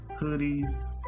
hoodies